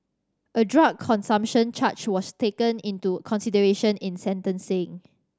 a drug consumption charge was taken into consideration in sentencing